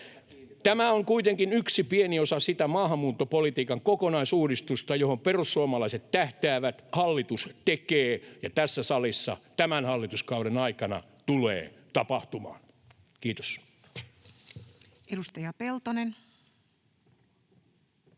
Tämä on kuitenkin yksi pieni osa sitä maahanmuuttopolitiikan kokonaisuudistusta, johon perussuomalaiset tähtäävät, jota hallitus tekee ja joka tässä salissa tämän hallituskauden aikana tulee tapahtumaan. — Kiitos.